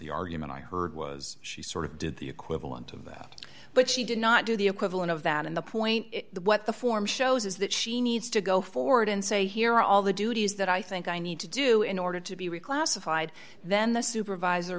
the argument i heard was she sort of did the equivalent of that but she did not do the equivalent of that in the point what the form shows is that she needs to go forward and say here are all the duties that i think i need to do in order to be reclassified then the supervisor